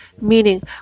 meaning